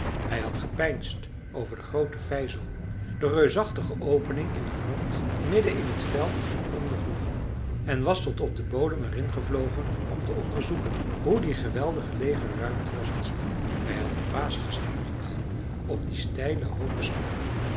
hij had gepeinsd over de groote vijzel de reusachtige opening in den grond midden in t veld om de groeve en was tot op den bodem erin gevlogen om te onderzoeken hoe die geweldige leege ruimte was ontstaan hij had verbaasd gestaard op die steile hoopen slakken